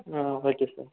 ah okay sir